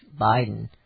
Biden